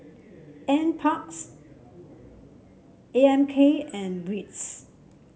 NParks A M K and WITS